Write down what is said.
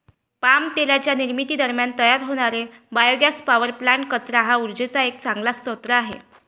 palm तेलाच्या निर्मिती दरम्यान तयार होणारे बायोगॅस पॉवर प्लांट्स, कचरा हा उर्जेचा एक चांगला स्रोत आहे